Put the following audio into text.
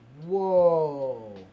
Whoa